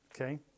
Okay